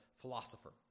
philosopher